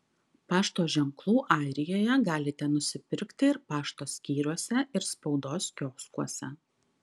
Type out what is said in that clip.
pašto ženklų airijoje galite nusipirkti ir pašto skyriuose ir spaudos kioskuose